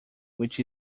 which